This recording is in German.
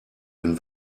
den